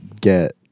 get